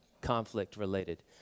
conflict-related